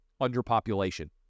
Underpopulation